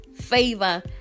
favor